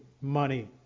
money